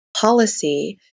policy